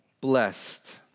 blessed